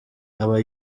aba